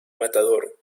matador